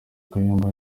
kayumba